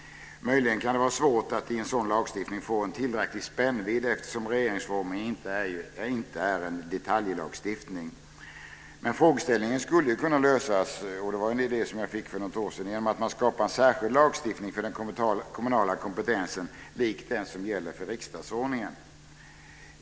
Möjligen kan det vara svårt att i en sådan lagstiftning få en tillräcklig spännvidd, eftersom regeringsformen inte är en detaljlagstiftning. Men frågeställningen skulle kunna lösas - det var en idé som jag fick för något år sedan - genom att man skapar en särskild lagstiftning för den kommunala kompetensen lik den som gäller för riksdagsordningen.